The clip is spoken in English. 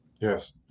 Yes